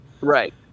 Right